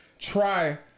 try